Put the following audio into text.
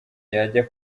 yajya